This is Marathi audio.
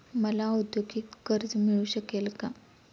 मला औद्योगिक कर्ज मिळू शकेल का?